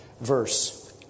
verse